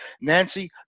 Nancy